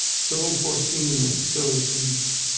so foreseen and so sweet,